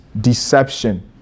deception